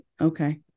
okay